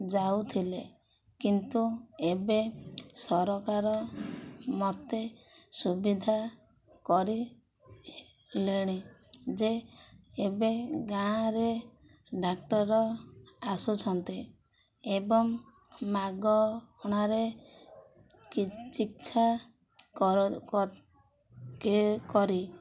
ଯାଉଥିଲେ କିନ୍ତୁ ଏବେ ସରକାର ମୋତେ ସୁବିଧା କରିଲେଣି ଯେ ଏବେ ଗାଁରେ ଡାକ୍ଟର ଆସୁଛନ୍ତି ଏବଂ ମାଗଣାରେ ଚିକିତ୍ସା କର କେ କରି